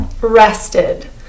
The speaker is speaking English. rested